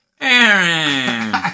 Aaron